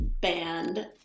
band